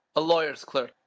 a lawyer's clerk.